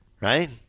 right